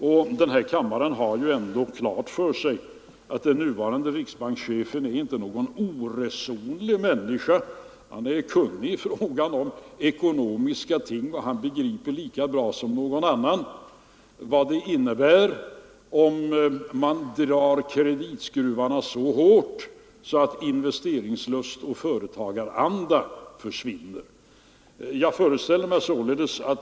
Och denna kammare har ju ändå klart för sig att den nuvarande riksbankschefen inte är någon oresonlig människa. Han är kunnig i ekonomiska ting och begriper lika bra som någon annan vad det innebär om man drar åt kreditskruvarna så att inves teringslust och företagaranda försvinner.